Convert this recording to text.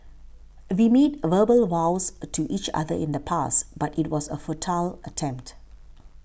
we made verbal vows to each other in the past but it was a futile attempt